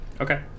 Okay